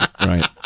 Right